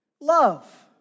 Love